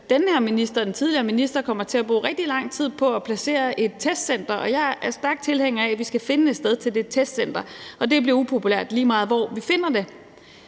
tidligere minister kom til – at bruge rigtig lang tid på at placere et testcenter. Jeg er stærk tilhænger af, vi skal finde et sted til det testcenter, og det bliver upopulært, lige meget hvor vi finder det.